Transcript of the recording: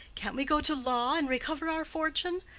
can't we go to law and recover our fortune?